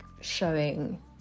showing